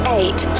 eight